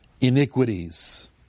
iniquities